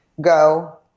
go